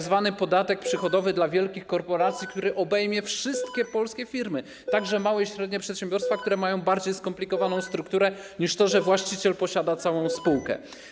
Tzw. podatek przychodowy dla wielkich korporacji, który obejmie wszystkie polskie firmy, także małe i średnie przedsiębiorstwa, które mają bardziej skomplikowaną strukturę niż to, że właściciel posiada całą spółkę.